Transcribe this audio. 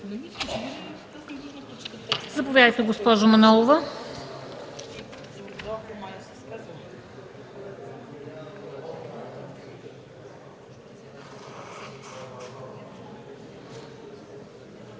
Заповядайте, госпожо Манолова.